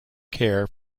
care